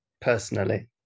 personally